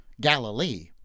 Galilee